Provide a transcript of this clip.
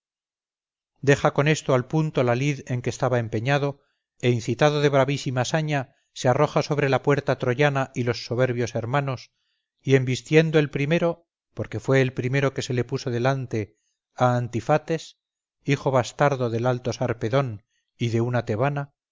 deja con esto al punto la lid en que estaba empeñado e incitado de bravísima saña se arroja sobre la puerta troyana y los soberbios hermanos y embistiendo el primero porque fue el primero que se le puso delante a antifates hijo bastardo del alto sarpedón y de una tebana